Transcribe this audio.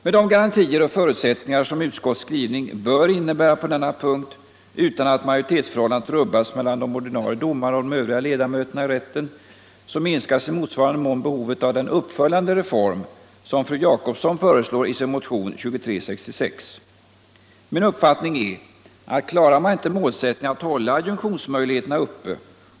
Med de garantier och förutsättningar som utskottets skrivning bör innebära på denna punkt — utan att majoritetsförhållandet rubbas mellan de ordinarie domarna och de övriga ledamöterna i rätten — minskas i motsvarande mån behovet av den uppföljande reform som fru Jacobsson föreslår i sin motion 2366. Min uppfattning är att man inte klarar målsättningen att hålla adjunktionsmöjligheterna uppe.